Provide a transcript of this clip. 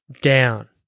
down